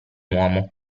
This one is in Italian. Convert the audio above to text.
uomo